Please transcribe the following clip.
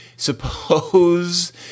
Suppose